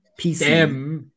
PC